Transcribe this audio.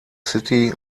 city